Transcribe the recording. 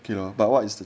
K lor but what is